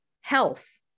health